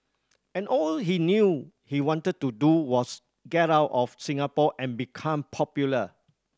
and all he knew he wanted to do was get out of Singapore and become popular